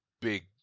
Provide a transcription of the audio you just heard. big